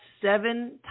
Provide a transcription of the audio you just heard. seven